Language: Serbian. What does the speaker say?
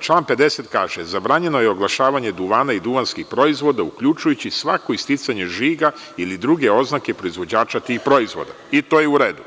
član 50. kaže – zabranjeno je oglašavanje duvana i duvanskih proizvoda, uključujući svako isticanje žiga ili druge oznake proizvođača tih proizvoda, i to je u redu.